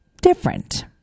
different